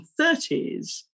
1930s